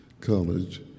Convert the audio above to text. college